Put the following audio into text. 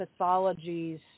pathologies